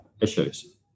issues